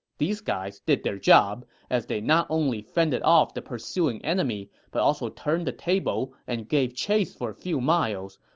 these guys did their job, as they not only fended off the pursuing enemy, but also turned the table and gave chase for a few miles,